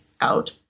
out